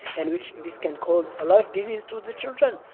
in which this can cause a lot of disease to the children.